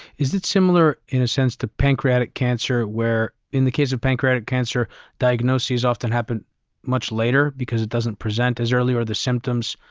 is it similar in a sense to pancreatic cancer where in the case of pancreatic cancer diagnoses often happened much later later because it doesn't present as early or the symptoms?